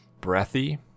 breathy